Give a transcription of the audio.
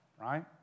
right